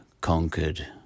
conquered